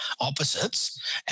opposites